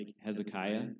Hezekiah